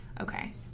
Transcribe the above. Okay